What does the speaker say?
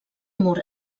mur